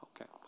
okay